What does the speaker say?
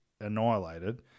annihilated